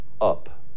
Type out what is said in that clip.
up